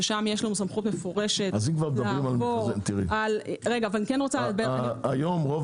ששם יש סמכות מפורשת לעבור- -- היום רוב